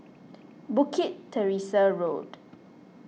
Bukit Teresa Road